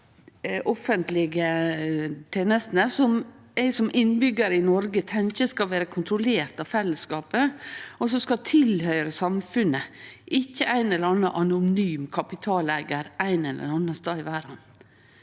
offentlege tenestene som eg som innbyggjar i Noreg tenkjer skal vere kontrollert av fellesskapet, og som skal tilhøyre samfunnet, ikkje ein eller annan anonym kapitaleigar ein eller annan stad i verda.